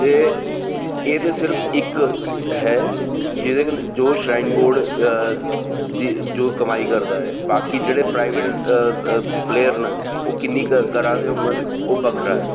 एह् ते सिर्फ इक है जो श्रराइन बोर्ड जो कमाई करदा है बाकी जेह्ड़े प्राईबेट पलेयर न ओह् किन्नी करा दे होङन ओह् बक्खरा ऐ